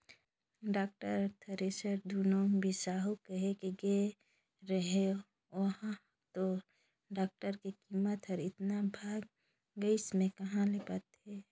tractor अउ thresher दुनो बिसाहू कहिके गे रेहेंव उंहा तो टेक्टर के कीमत हर एतना भंगाए गइस में कहा ले पातें